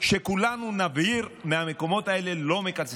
שכולנו נבהיר: מהמקומות האלה לא מקצצים.